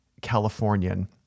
Californian